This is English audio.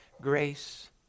grace